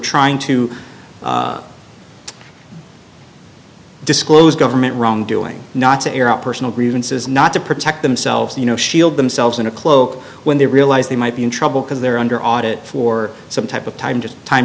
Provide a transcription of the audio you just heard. trying to disclose government wrongdoing not to air out personal grievances not to protect themselves you know shield themselves in a cloak when they realize they might be in trouble because they're under audit for some type of time just time